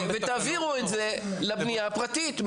ותעבירו לבנייה הפרטית.